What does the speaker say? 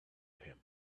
him